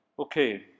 Okay